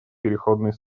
переходный